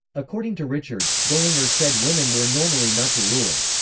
according to richards, bullinger said women were normally not to rule.